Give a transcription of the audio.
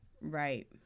Right